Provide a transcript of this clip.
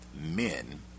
men